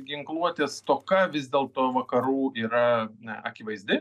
ginkluotės stoka vis dėl to vakarų yra akivaizdi